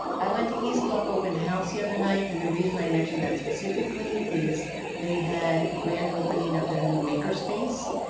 i went to east bluff open house the other night. and the reason i mention that specifically is they had a grand opening of their new maker space.